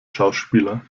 schauspieler